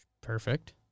Perfect